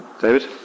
David